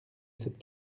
cette